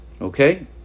Okay